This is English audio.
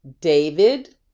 David